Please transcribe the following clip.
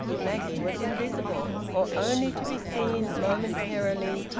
maggie was invisible, or only to be seen momentarily,